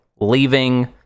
leaving